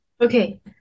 Okay